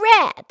red